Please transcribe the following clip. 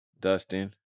Dustin